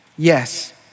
Yes